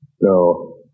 No